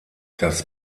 das